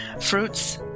fruits